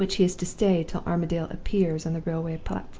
at which he is to stay till armadale appears on the railway platform.